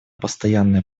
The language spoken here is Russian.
постоянное